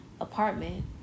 apartment